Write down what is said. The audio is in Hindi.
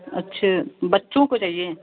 अच्छा बच्चों को चाहिए